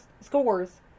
scores